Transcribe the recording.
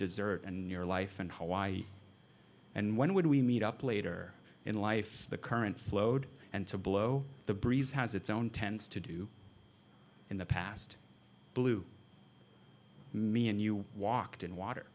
desert and your life and hawaii and when we meet up later in life the current flowed and to blow the breeze has its own tends to do in the past blew me and you walked in water